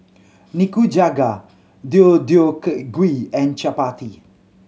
Nikujaga Deodeok gui and Chapati